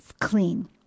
clean